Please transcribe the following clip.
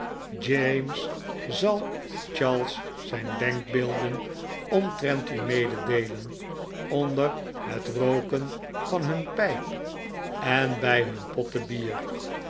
james zal charles zijn denkbeelden omtrent u mededeelen onder het rooken van hun pijp en bij hun potten bier